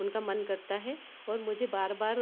उनका मन करता है और मुझे बार बार